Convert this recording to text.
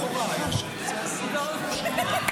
אנחנו נמצאים באחת